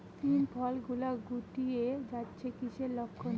শিম ফল গুলো গুটিয়ে যাচ্ছে কিসের লক্ষন?